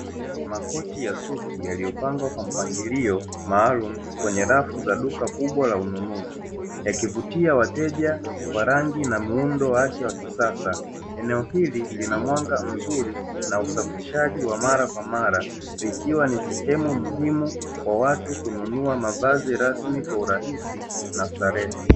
Makoti ya suti yaliyopangwa kwa mpangilio maalumu kwenye rafu za duka kubwa la ununuzi, yakivutia wateja kwa rangi na muundo wake wa kisasa. Eneo hili lina mwanga mzuri na usafishaji wa mara kwa mara, likiwa ni sehemu muhimu kwa watu kununua mavazi rasmi kwa urahisi na starehe.